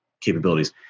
capabilities